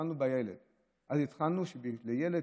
התחלנו בהורים